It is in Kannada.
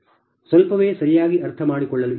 ಸ್ವಲ್ಪವೇ ಸರಿಯಾಗಿ ಅರ್ಥಮಾಡಿಕೊಳ್ಳಲು ಇದೆ